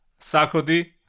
Sakodi